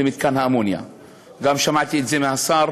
רק כשישתכנעו באופן אישי,